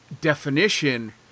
definition